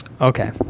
Okay